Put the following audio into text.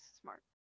smart